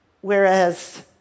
Whereas